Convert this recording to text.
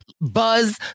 buzz